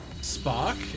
spark